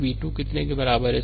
V 2 कितने के बराबर है